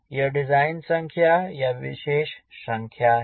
यह डिज़ाइन संख्या या विशेष संख्या है